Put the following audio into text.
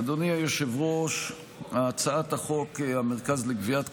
אדוני היושב-ראש, הצעת חוק המרכז לגביית קנסות,